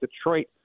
Detroit